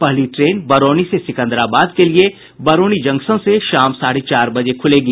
पहली ट्रेन बरौनी से सिकंदराबाद के लिए बरौनी जंक्शन से शाम साढे चार बजे खुलेगी